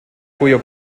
cuyo